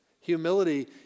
Humility